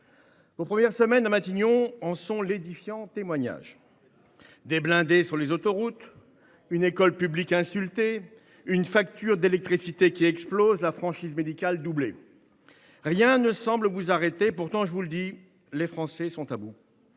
Vos premières semaines à Matignon en sont l’édifiant témoignage. Déjà ? Des blindés sur les autoroutes, une école publique insultée, une facture d’électricité qui explose, la franchise médicale doublée… rien ne semble vous arrêter ! Pourtant, je vous le dis, les Français sont à bout.